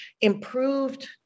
improved